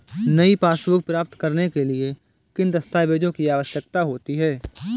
नई पासबुक प्राप्त करने के लिए किन दस्तावेज़ों की आवश्यकता होती है?